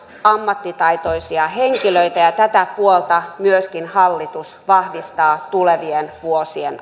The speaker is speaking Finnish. ammattitaitoisia henkilöitä ja tätä puolta myöskin hallitus vahvistaa tulevien vuosien